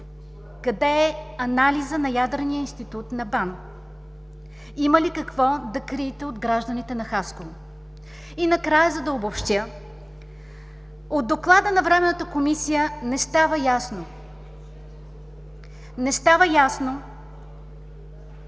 Къде е анализът на Ядрения институт на БАН? Има ли какво да криете от гражданите на Хасково? Накрая, за да обобщя, от Доклада на Временната комисия не става ясно кой носи